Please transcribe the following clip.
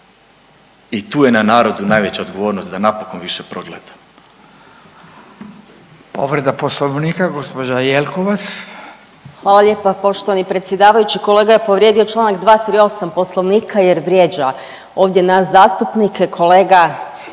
i tu je na narodu najveća odgovornost da napokon više progleda.